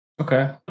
Okay